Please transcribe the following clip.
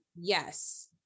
yes